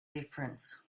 difference